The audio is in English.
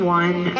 one